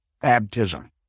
baptism